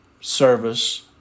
service